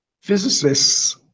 physicists